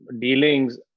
Dealings